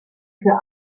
für